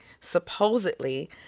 supposedly